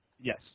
Yes